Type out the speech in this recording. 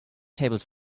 tables